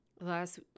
last